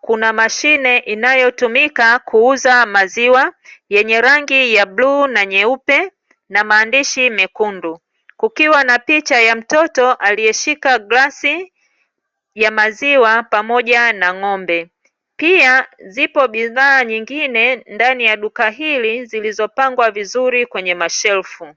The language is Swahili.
kuna mashine inayotumika kuuza maziwa; yenye rangi ya bluu na nyeupe na maandishi mekundu, kukiwa na picha ya mtoto aliyeshika glasi ya maziwa, pamoja na ng'ombe. Pia zipo bidhaa nyingine ndani ya duka hili zilizopangwa vizuri kwenye mashelfu.